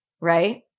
right